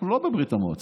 אנחנו לא בברית המועצות.